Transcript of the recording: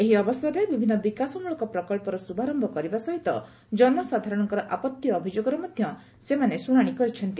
ଏହି ଅବସରରେ ବିଭିନ୍ନ ବିକାଶମୂଳକ ପ୍ରକଳ୍ପର ଶୁଭାରମ୍ଭ କରିବା ସହିତ ଜନସାଧାରଣଙ୍କର ଆପତ୍ତି ଅଭିଯୋଗର ମଧ୍ୟ ସେମାନେ ଶୁଣାଣି କରିଛନ୍ତି